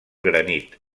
granit